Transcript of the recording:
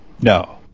No